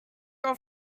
your